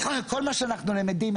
כול מה שאנחנו למדים,